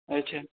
अच्छा